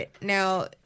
Now